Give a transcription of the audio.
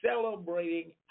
celebrating